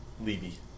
Levy